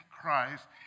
Christ